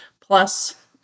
plus